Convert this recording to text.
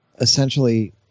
essentially